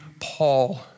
Paul